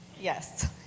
Yes